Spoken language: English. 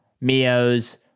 Mio's